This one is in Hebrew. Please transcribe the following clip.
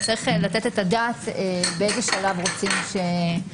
צריך לתת את הדעת באיזה שלב רוצים שזה